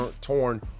torn